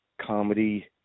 comedy